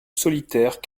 solitaire